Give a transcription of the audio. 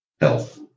health